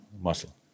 muscle